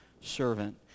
servant